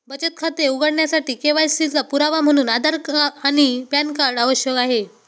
बचत खाते उघडण्यासाठी के.वाय.सी चा पुरावा म्हणून आधार आणि पॅन कार्ड आवश्यक आहे